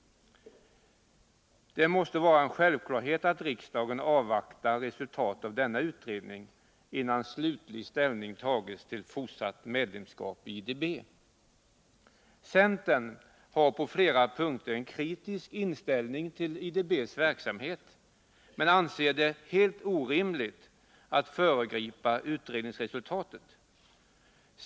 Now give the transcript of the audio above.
Det måste vara en självklarhet att riksdagen avvaktar resultatet av denna utredning, innan slutlig ställning tas till fortsatt medlemskap i IDB. Centern har på flera punkter en kritisk inställning till IDB:s verksamhet men anser det helt orimligt att föregripa utredningsresultatet.